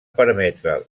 permetre